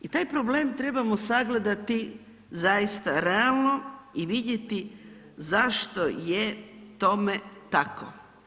I taj problem trebamo sagledati zaista realno i vidjeti zašto je tome tako.